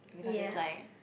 ya